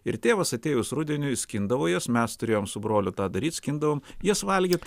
ir tėvas atėjus rudeniui skindavo jas mes turėjom su broliu tą daryt skindavom jas valgyt